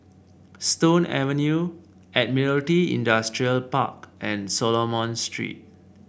Stone Avenue Admiralty Industrial Park and Solomon Street